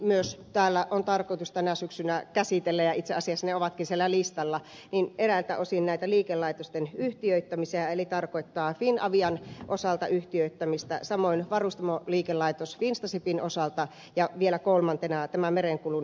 myös täällä on tarkoitus tänä syksynä käsitellä ja itse asiassa ne ovatkin siellä listalla eräiltä osin näitä liikelaitosten yhtiöittämisiä eli se tarkoittaa finavian osalta yhtiöittämistä samoin varustamoliikelaitos finstashipin osalta ja vielä kolmantena on tämä merenkulun